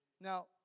Now